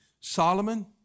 Solomon